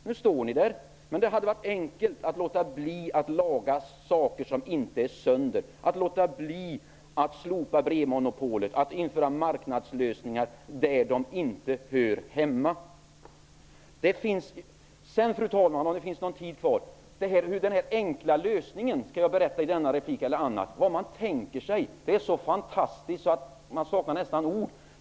Nu står ni där, men det hade varit enkelt att låta bli att försöka laga något som inte är sönder, dvs. att avstå från att slopa brevmonopolet och från att införa marknadslösningar där de inte hör hemma. Fru talman! Om det finns någon ytterligare taletid kvar, vill jag beträffande ''den enkla lösningen'' tala om vad man vidare tänker göra. Det är så fantastiskt att jag nästan saknar ord för det.